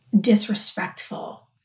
disrespectful